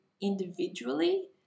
individually